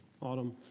Autumn